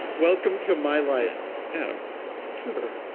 welcome to my life adam silver,